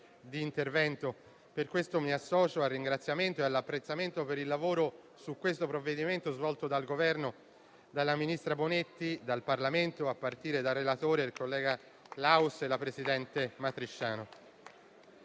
di intervento. Per questo mi associo al ringraziamento e all'apprezzamento per il lavoro su questo provvedimento svolto dal Governo, dalla ministra Bonetti e dal Parlamento, a partire dal relatore, il collega Laus, e dalla presidente Matrisciano.